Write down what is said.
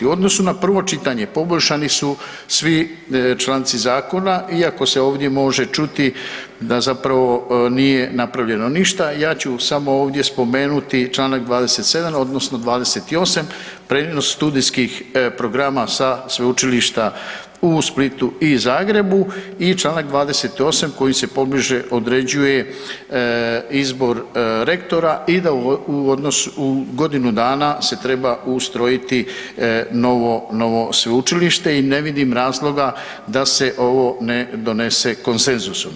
U odnosu na prvo čitanje, poboljšani su svi članci zakona iako se ovdje može čuti da zapravo nije napravljeno ništa, ja ću samo ovdje spomenuti čl. 27. odnosno 28., ... studijskih programa sa Sveučilišta u Splitu i Zagrebu i čl. 28. koji se pobliže određuje izbor rektora i da u godinu dana se treba ustrojiti novo sveučilište i ne vidim razloga da se ovo ne donese konsenzusom.